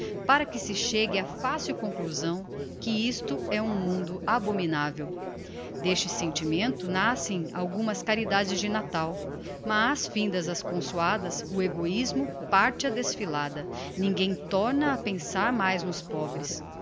braços para que se chegue á facil conclusão que isto é um mundo abominavel d'este sentimento nascem algumas caridades de natal mas findas as consoadas o egoismo parte á desfilada ninguem torna a pensar mais nos pobres